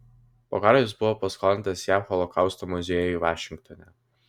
po karo jis buvo paskolintas jav holokausto muziejui vašingtone